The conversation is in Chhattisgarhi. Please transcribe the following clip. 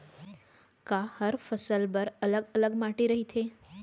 का हर फसल बर अलग अलग माटी रहिथे?